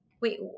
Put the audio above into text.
wait